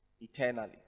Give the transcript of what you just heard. eternally